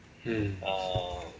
mm